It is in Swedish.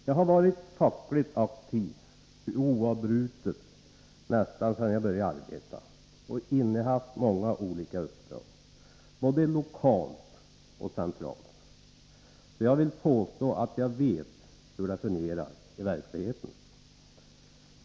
Jag har oavbrutet varit fackligt aktiv nästan sedan jag började arbeta och innehaft många olika uppdrag, både lokalt och centralt. Därför vill jag påstå att jag vet hur det fungerar i verkligheten.